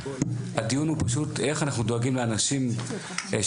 הדיון הוא פשוט איך אנחנו דואגים לאנשים שאין